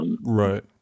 Right